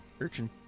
Urchin